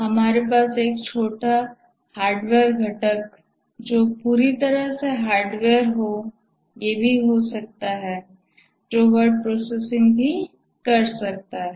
हमारे पास एक छोटा हार्डवेयर घटक जो पूरी तरह से हार्डवेयर हो भी हो सकता है जो वर्ड प्रोसेसिंग भी कर सकता है